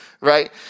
Right